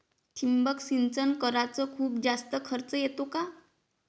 ठिबक सिंचन कराच खूप जास्त खर्च येतो का?